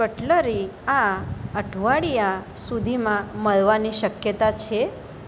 cutlery આ અઠવાડીયા સુધીમાં મળવાની શક્યતા છે